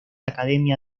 academia